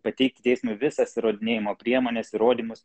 pateikti teismui visas įrodinėjimo priemones įrodymus